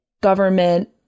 government